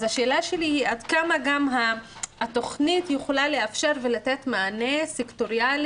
אז השאלה שלי היא עד כמה גם התוכנית יכולה לאפשר ולתת מענה סקטוריאלי,